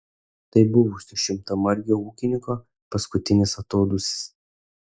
tai buvusio šimtamargio ūkininko paskutinis atodūsis